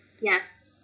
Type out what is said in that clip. Yes